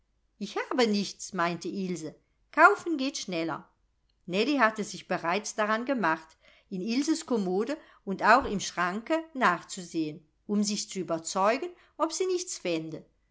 ich habe nichts meinte ilse kaufen geht schneller nellie hatte sich bereits daran gemacht in ilses kommode und auch im schranke nachzusehen um sich zu überzeugen ob sie nichts fände